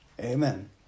Amen